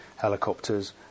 helicopters